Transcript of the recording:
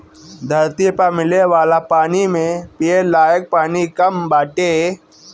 धरती पअ मिले वाला पानी में पिये लायक पानी कम बाटे